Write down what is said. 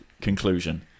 conclusion